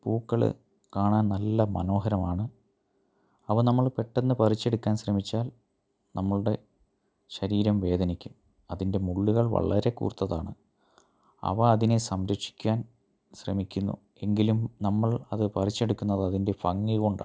പൂക്കൾ കാണാൻ നല്ല മനോഹരമാണ് അവ നമ്മൾ പെട്ടന്ന് പറിച്ചെടുക്കാൻ ശ്രമിച്ചാൽ നമ്മളുടെ ശരീരം വേദനിക്കും അതിൻ്റെ മുള്ളുകൾ വളരെ കൂർത്തതാണ് അവ അതിനെ സംരക്ഷിക്കാൻ ശ്രമിക്കുന്നു എങ്കിലും നമ്മൾ അത് പറിച്ചെടുക്കുന്നത് അതിൻ്റെ ഭംഗി കൊണ്ടാണ്